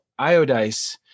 Iodice